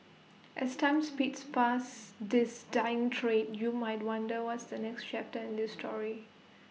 as time speeds past this dying trade you might wonder what's the next chapter in this story